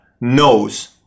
knows